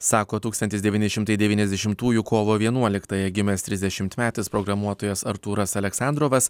sako tūkstantis devyni šimtai devyniasdešimtųjų kovo vienuoliktąją gimęs trisdešimtmetis programuotojas artūras aleksandrovas